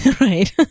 Right